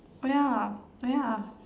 oh ya oh ya